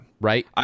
right